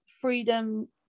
freedom